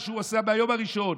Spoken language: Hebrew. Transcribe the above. מה שהוא עשה מהיום הראשון: